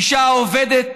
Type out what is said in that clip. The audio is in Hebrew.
האישה העובדת,